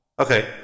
Okay